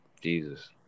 Jesus